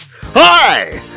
Hi